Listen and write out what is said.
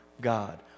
God